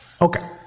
Okay